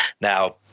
Now